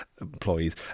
employees